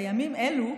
בימים אלו,